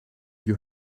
you